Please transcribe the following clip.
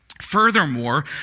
Furthermore